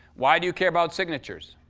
why do you care about signatures?